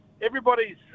Everybody's